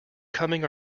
coming